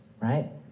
right